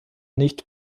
nicht